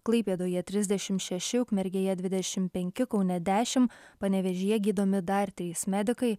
klaipėdoje trisdešimt šeši ukmergėje dvidešimt penki kaune dešimt panevėžyje gydomi dar trys medikai